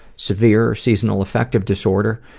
severe seasonal affective disorder,